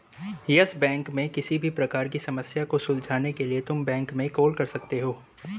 yes Bank में किसी भी प्रकार की समस्या को सुलझाने के लिए तुम बैंक में कॉल कर सकते हो